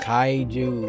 Kaiju